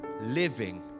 living